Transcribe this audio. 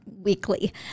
weekly